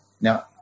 Now